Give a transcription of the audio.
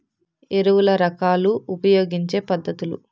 ఎరువుల రకాలు ఉపయోగించే పద్ధతులు?